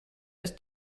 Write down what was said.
ist